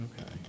Okay